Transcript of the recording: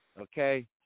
Okay